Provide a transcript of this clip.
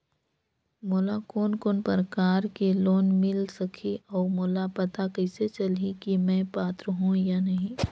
मोला कोन कोन प्रकार के लोन मिल सकही और मोला पता कइसे चलही की मैं पात्र हों या नहीं?